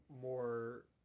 More